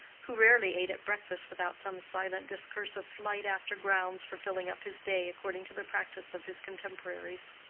who rarely ate at breakfast without some silent discursive flight after grounds for filling up his day according to the practice of his contemporaries.